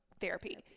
therapy